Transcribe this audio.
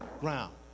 ground